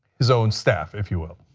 his own staff. if you will.